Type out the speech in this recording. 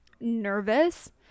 nervous